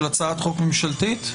של הצעת חוק ממשלתית.